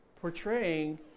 portraying